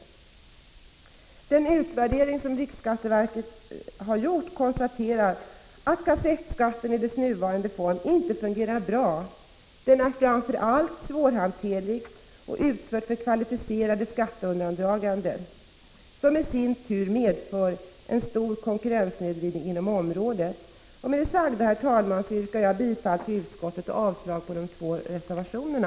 I den utvärdering som riksskatteverket har gjort konstateras att kassettskatten i sin nuvarande form inte fungerar bra. Den är framför allt svårhanterlig, och den utsätts för kvalificerade skatteundandragande åtgärder, som i sin tur medför en stor konkurrenssnedvridning inom branschen. Herr talman! Med det sagda yrkar jag bifall till utskottets hemställan och avslag på de två reservationerna.